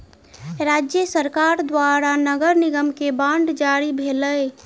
राज्य सरकार द्वारा नगर निगम के बांड जारी भेलै